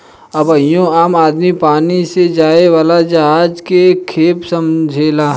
अबहियो आम आदमी पानी से जाए वाला जहाज के खेप समझेलेन